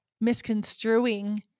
misconstruing